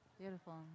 Beautiful